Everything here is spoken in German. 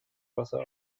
wasser